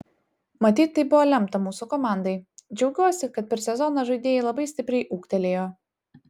matyt taip buvo lemta mūsų komandai džiaugiuosi kad per sezoną žaidėjai labai stipriai ūgtelėjo